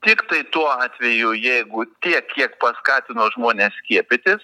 tiktai tuo atveju jeigu tiek kiek paskatino žmones skiepytis